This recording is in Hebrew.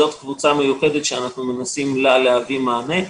זאת קבוצה מיוחדת שאנחנו מנסים להביא לה מענה,